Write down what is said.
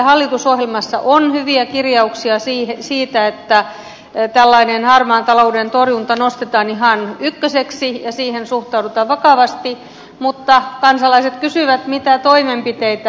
hallitusohjelmassa on hyviä kirjauksia siitä että tällainen harmaan talouden torjunta nostetaan ihan ykköseksi ja siihen suhtaudutaan vakavasti mutta kansalaiset kysyvät mitä toimenpiteitä